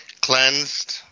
cleansed